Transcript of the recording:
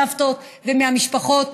מהסבתות ומהמשפחות,